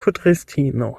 kudristino